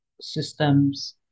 systems